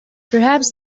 perhaps